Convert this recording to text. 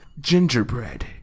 Gingerbread